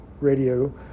radio